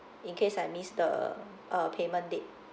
in case I miss the uh payment date